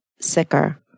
sicker